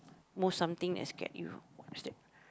most something that scared you what is that